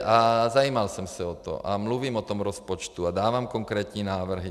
A zajímal jsem se o to a mluvím o tom rozpočtu a dávám konkrétní návrhy.